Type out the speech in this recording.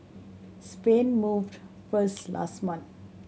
Spain moved first last month